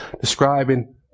describing